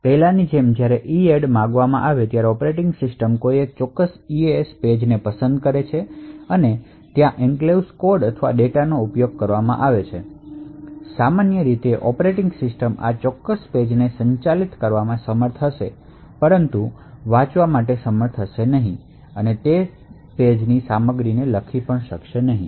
પહેલાંની જેમ જ્યારે EADD માંગવામાં આવે છે ત્યારે ઓરેટિંગ સિસ્ટમ કોઈ ચોક્કસ ECS પેજ ને પસંદ કરવા માટે સક્ષમ છે જ્યાં એન્ક્લેવ્સ કોડ અથવા ડેટાનો ઉપયોગ કરવામાં આવે છે સામાન્ય રીતે ઓપરેટિંગ સિસ્ટમ આ ચોક્કસ પેજ ને સંચાલિત કરવામાં સમર્થ હશે પરંતુ ખરેખર વાંચવા માટે અથવા તે પેજ ની સામગ્રી લખવા માટે સમર્થ હશે નહીં